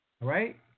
right